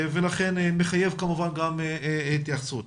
ולכן מחייב כמובן התייחסות.